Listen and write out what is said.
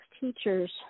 teachers